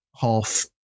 half